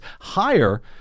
higher